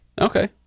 Okay